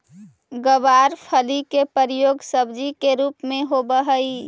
गवारफली के प्रयोग सब्जी के रूप में होवऽ हइ